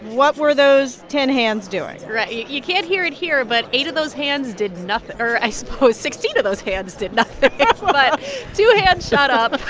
what were those ten hands doing? right. you can't hear it here, but eight of those hands did nothing or i suppose sixteen of those hands did nothing but two hands shot up